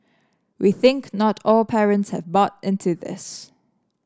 we think not all parents have bought into this